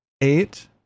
Eight